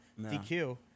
DQ